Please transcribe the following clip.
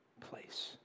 place